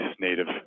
native